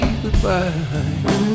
goodbye